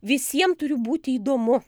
visiem turi būti įdomu